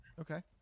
Okay